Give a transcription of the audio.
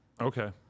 okay